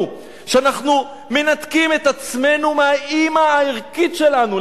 כשאנחנו מנתקים את עצמנו מהאמא הערכית שלנו?